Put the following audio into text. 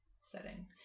setting